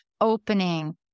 opening